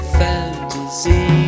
fantasy